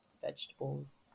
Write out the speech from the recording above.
vegetables